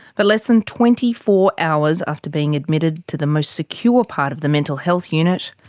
but less than twenty four hours after being admitted to the most secure part of the mental health unit,